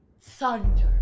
Thunder